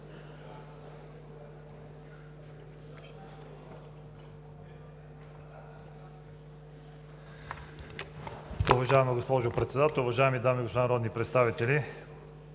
Уважаема госпожо Председател, уважаеми дами и господа народни представители!